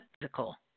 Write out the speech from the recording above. physical